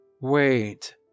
Wait